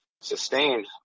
sustained